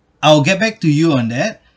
I'll get back to you on that